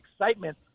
excitement